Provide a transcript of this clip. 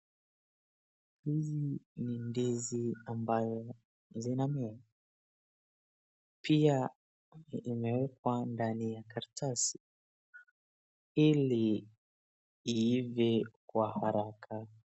Hizi ni ndizi ambaye zinamea pia imewekwa ndani ya karatasi ili iive kwa haraka.